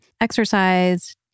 exercise